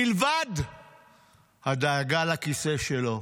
מלבד הדאגה לכיסא שלו,